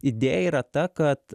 idėja yra ta kad